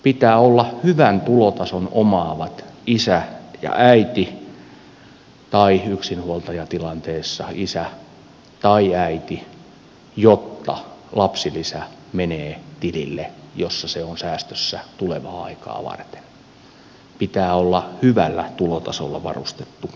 pitää olla hyvän tulotason omaavat isä ja äiti tai yksinhuoltajatilanteessa isä tai äiti jotta lapsilisä menee tilille jolla se on säästössä tulevaa aikaa varten pitää olla hyvällä tulotasolla varustettu perhe